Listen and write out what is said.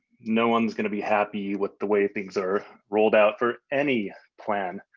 no one is going to be happy with the way things are rolled out for any plan.